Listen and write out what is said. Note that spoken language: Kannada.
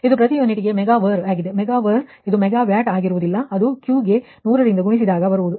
ಇದು ಪ್ರತಿ ಯೂನಿಟ್ಗೆ ಮೆಗಾ ವರ್ ಆಗಿದೆ ಮೆಗಾ ವರ್ ಇದು ಮೆಗಾವ್ಯಾಟ್ ಆಗಿರುವುದಿಲ್ಲಅದು Q ಗೆ 100ರಿಂದ ಗುಣಿಸಿದಾಗ ಬರುವುದು